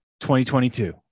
2022